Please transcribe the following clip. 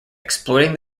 exploiting